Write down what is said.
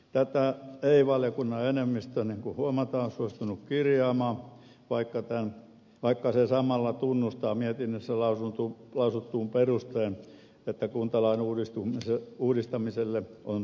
tätä ei valiokunnan enemmistö niin kuin huomataan suostunut kirjaamaan vaikka se samalla tunnustaa mietinnössä lausutun perusteen että kuntalain uudistamiselle on selvä tarve